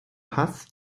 paz